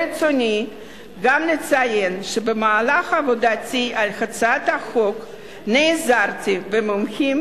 ברצוני גם לציין שבמהלך עבודתי על הצעת החוק נעזרתי במומחים